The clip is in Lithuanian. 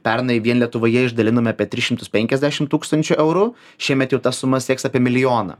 pernai vien lietuvoje išdalinome apie tris šimtus penkiasdešim tūkstančių eurų šiemet jau ta suma sieks apie milijoną